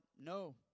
no